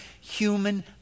human